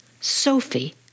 Sophie